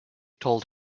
told